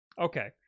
Okay